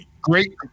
great